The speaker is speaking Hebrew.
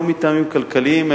לא מטעמים כלכליים,